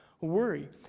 worry